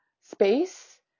space